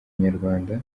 inyarwanda